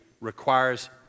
requires